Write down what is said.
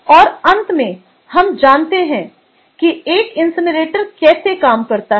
और अंत में हम जानते हैं कि एक इनसिनरेटर कैसे काम करता है